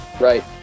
Right